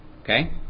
Okay